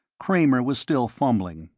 kramer was still fumbling,